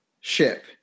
ship